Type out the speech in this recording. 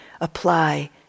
apply